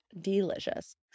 delicious